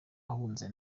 ahunze